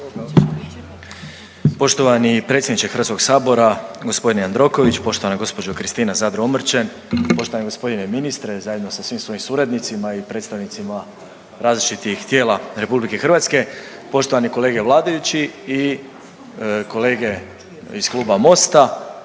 Poštovani predsjedniče HS g. Jandroković, poštovana gđo. Kristina Zadro Omrčen, poštovani g. ministre zajedno sa svim svojim suradnicima i predstavnicima različitih tijela RH, poštovani kolege vladajući i kolege iz Kluba Mosta